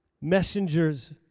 messengers